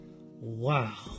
Wow